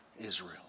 Israel